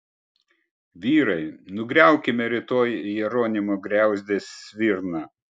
vyrai nugriaukime rytoj jeronimo griauzdės svirną